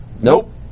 Nope